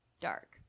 dark